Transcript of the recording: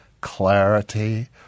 clarity